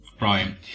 Right